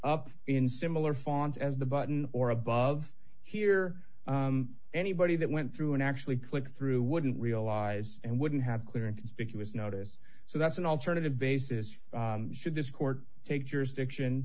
up in similar font as the button or above here anybody that went through and actually click through wouldn't realize and wouldn't have clearance because notice so that's an alternative bases should this court take jurisdiction